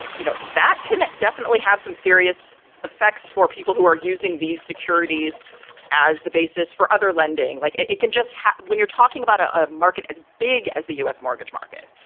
you know, that can definitely have some serious effects for people who are using these securities as the basis for other lending. like it can just happen when you're talking about a ah market as big as the u s. mortgage market.